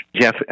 Jeff